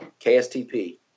kstp